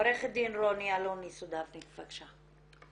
עורכת דין רוני אלוני-סדובניק, בבקשה.